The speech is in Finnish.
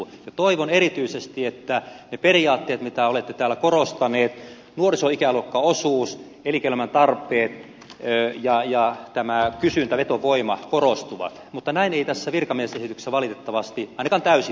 ja toivon erityisesti että ne periaatteet mitä olette täällä korostanut nuorisoikäluokkaosuus elinkeinoelämän tarpeet ja kysyntä vetovoima korostuvat mutta näin ei tässä virkamiesesityksessä valitettavasti ainakaan täysin ole